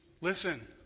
listen